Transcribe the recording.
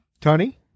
Tony